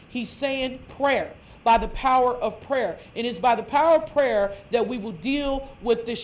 he's saying prayer by the power of prayer it is by the power of prayer that we will deal with th